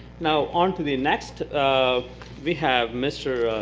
now, onto the next. um we have mr.